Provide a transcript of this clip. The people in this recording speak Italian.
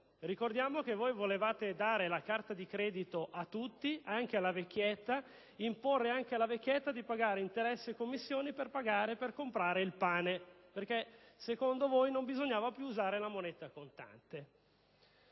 Ricordiamo che voi volevate dare la carta di credito a tutti, anche alla vecchietta, imponendo anche a lei di pagare interessi e commissioni per comprare il pane. Questo perché, secondo voi, non bisognava più usare la moneta contante.